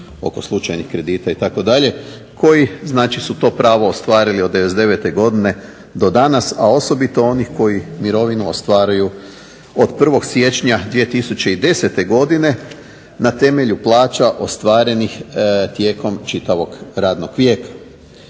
oko slučajnih kredita itd. koji znači su to pravo ostvarili od '99. godine do danas, a osobito oni koji mirovinu ostvaruju od 1. siječnja 2010. godine na temelju plaća ostvarenih tijekom čitavog radnog vijeka.